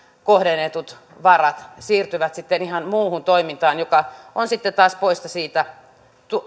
kohdennetut varat siirtyvät sitten ihan muuhun toimintaan mikä on sitten taas poissa siitä